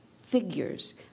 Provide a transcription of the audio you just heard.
figures